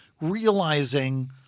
realizing